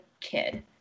kid